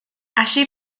allí